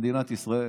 למדינת ישראל.